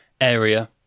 area